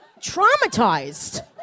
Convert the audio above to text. traumatized